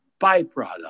byproduct